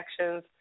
actions